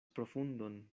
profundon